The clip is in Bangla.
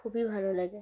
খুবই ভালো লাগে